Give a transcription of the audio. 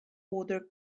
other